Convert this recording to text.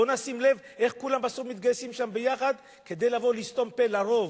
בואו נשים לב איך כולם בסוף מתגייסים שם ביחד כדי לבוא לסתום פה לרוב.